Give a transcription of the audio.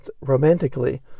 romantically